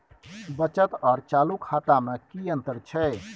बचत आर चालू खाता में कि अतंर छै?